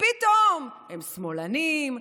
פתאום הם שמאלנים,